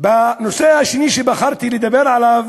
בנושא השני שבחרתי לדבר עליו,